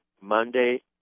Monday